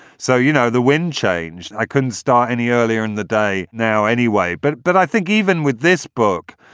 so, you know, the wind changed. i couldn't start any earlier in the day now anyway. but but i think even with this book,